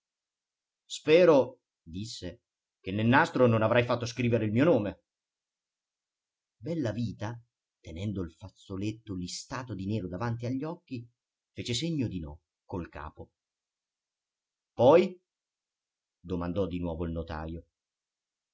spero disse che nel nastro non avrai fatto scrivere il mio nome bellavita tenendo il fazzoletto listato di nero davanti agli occhi fece segno di no col capo poi domandò di nuovo il notajo